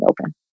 open